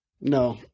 No